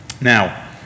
Now